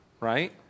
right